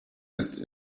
ist